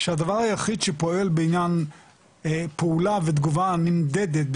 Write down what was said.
שהדבר היחיד שפועל בעניין פעולה ותגובה נמדדת,